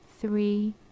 three